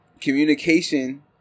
communication